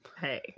Hey